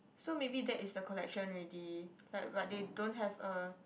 so maybe that is the collection already like but they don't have a